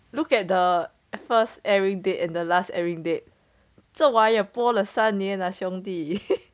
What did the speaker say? look at the first airing date and the last airing date 这也播了三年 ah 兄弟